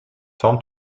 tom